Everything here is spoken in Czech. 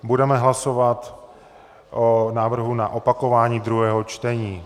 Budeme hlasovat o návrhu na opakování druhého čtení.